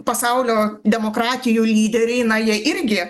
pasaulio demokratijų lyderiai na jie irgi